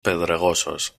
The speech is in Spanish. pedregosos